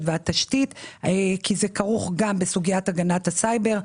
והתשתית כי זה כרוך גם בסוגיית הגנת הסייבר.